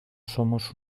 somos